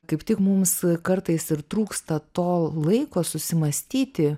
kaip tik mums kartais ir trūksta to laiko susimąstyti